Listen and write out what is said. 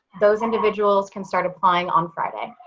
those individuals can start applying on friday.